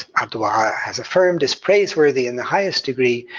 abdu'l-baha has affirmed, is praiseworthy in the highest degree,